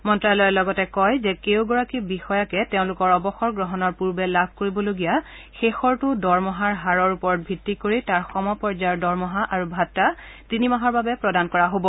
মন্ত্ৰালয়ে লগতে কয় যে কেউগৰাকী বিষয়াকে তেওঁলোকৰ অৱসৰগ্ৰহণৰ পূৰ্বে লাভ কৰিবলগীয়া শেষৰটো দৰমহাৰ হাৰৰ ওপৰত ভিত্তি কৰি তাৰ সমপৰ্য্যায়ৰ দৰমহা আৰু ভাটা তিনিমাহৰ বাবে প্ৰদান কৰা হ'ব